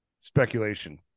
speculation